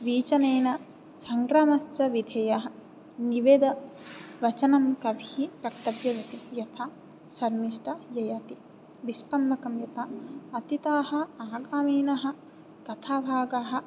वीचनेन सङ्क्रामस्य विधेयः निवेदवचनं कविः वक्तव्यमिति यथा सन्मिष्ट ययाति विष्कम्भकं यथा अतीताः आगामिनः कथाभागः